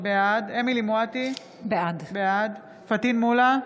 בעד אמילי חיה מואטי, בעד פטין מולא,